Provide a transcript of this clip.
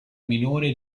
minore